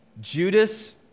Judas